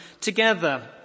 together